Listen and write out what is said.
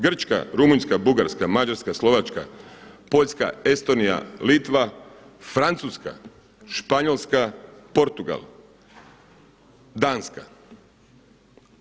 Grčka, Rumunjska, Bugarska, Mađarska, Slovačka, Poljska, Estonija, Litva, Francuska, Španjolska, Portugal, Danska.